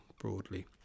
broadly